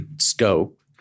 scope